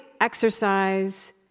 exercise